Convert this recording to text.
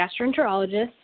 gastroenterologist